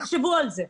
תחשבו על זה.